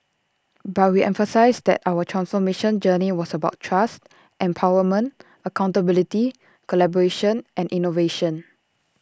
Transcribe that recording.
but we emphasised that our transformation journey was about trust empowerment accountability collaboration and innovation